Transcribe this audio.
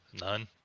none